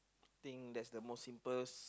think that's the most simplest